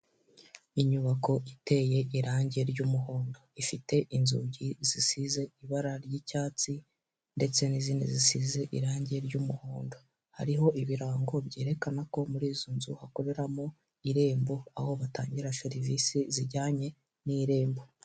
Inyubako iteye irange ry'umuhondo. Ifite inzugi zisize ibara ry'icyatsi, ndetse n'izindi zisize irangi ry'umuhondo. Hariho ibirango byerekana ko muri izo nzu hakoreramo irembo, aho batangira serivise zijyanye n'irembo.